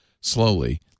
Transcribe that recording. slowly